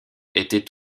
étaient